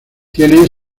tiene